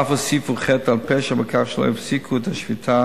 אף הוסיפו חטא על פשע בכך שלא הפסיקו את השביתה